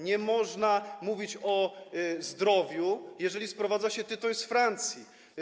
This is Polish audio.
Nie można mówić o zdrowiu, jeżeli sprowadza się tytoń z Francji.